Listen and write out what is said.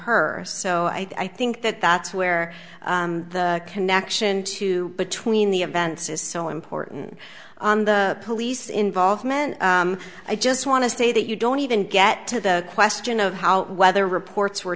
her so i think that that's where the connection to between the events is so important the police involvement i just want to say that you don't even get to the question of how whether reports were